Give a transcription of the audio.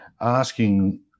asking